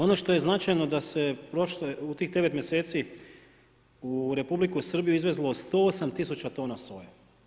Ono što je značajno da se prošle, u tih 9 mjeseci u Republiku Srbiju izvezlo 108 tisuća tona soje.